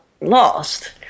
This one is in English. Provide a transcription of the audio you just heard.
lost